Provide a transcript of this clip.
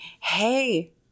hey